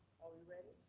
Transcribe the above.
are we ready?